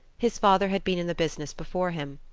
his father had been in the business before him,